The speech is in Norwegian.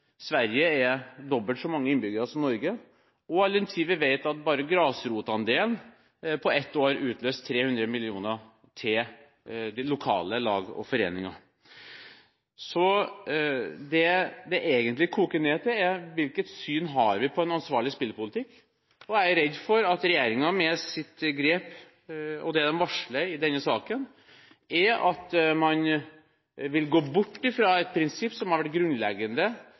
Sverige har dobbelt så mange innbyggere som Norge, og all den tid vi vet at bare grasrotandelen på ett år utløste 300 mill. kr til de lokale lag og foreninger. Det dette egentlig koker ned til, er hvilket syn vi har på en ansvarlig spillpolitikk, og jeg er redd for at regjeringen med sitt grep og det de varsler i denne saken, vil gå bort fra et prinsipp som har vært grunnleggende